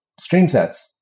StreamSets